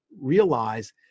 realize